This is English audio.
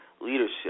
leadership